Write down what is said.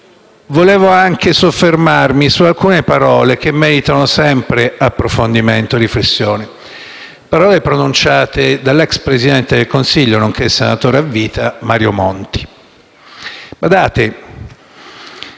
Vorrei anche soffermarmi su alcune parole che meritano sempre approfondimento e riflessione. Sono parole pronunciate dall'*ex* presidente del Consiglio, nonché senatore a vita, Mario Monti.